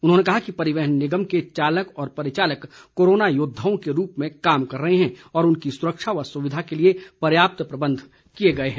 उन्होंने कहा कि परिवहन निगम के चालक व परिचालक कोरोना योद्वाओं के रूप में कार्य कर रहे हैं और उनकी सुरक्षा व सुविधा के लिए पर्याप्त प्रबंध किए गए हैं